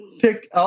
picked